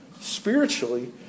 Spiritually